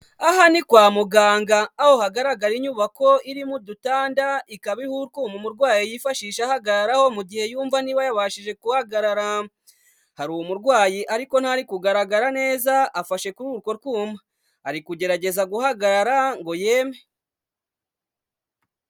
Aha ni kwa muganga aho hagaragaye inyubako irimo udutanda ikaba iriho utwuma umurwayi yifashisha ahagararaho mu gihe yumva niba yabashije guhagarara. Hari umurwayi ariko ntari kugaragara neza afashe kuri utwo twuma, ari kugerageza guhagarara ngo yeme.